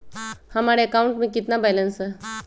हमारे अकाउंट में कितना बैलेंस है?